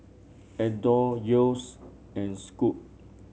Adore Yeo's and Scoot